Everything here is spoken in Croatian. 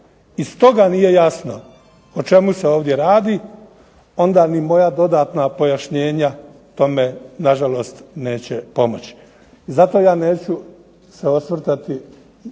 i stoga nije jasno o čemu se ovdje radi onda ni moja dodatna pojašnjenja tome nažalost neće pomoći. Zato ja neću se osvrtati,